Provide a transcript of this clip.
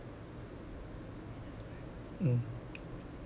mm